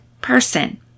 person